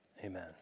amen